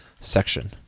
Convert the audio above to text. section